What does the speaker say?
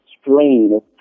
strain